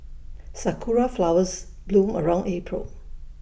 Sakura Flowers bloom around April